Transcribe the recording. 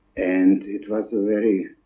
and it was ah very,